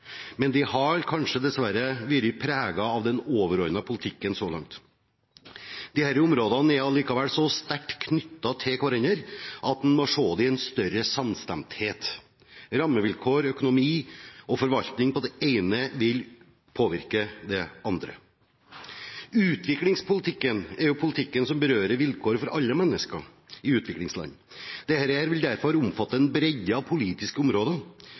men den har kanskje dessverre vært preget av den overordnede politikken så langt. Disse områdene er allikevel såpass sterkt knyttet til hverandre at en må se det i en større sammenheng: rammevilkår, økonomi og forvaltning. Det ene vil påvirke det andre. Utviklingspolitikken er politikken som berører vilkår for alle mennesker i utviklingsland. Dette vil derfor omfatte en bredde av politiske områder,